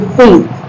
faith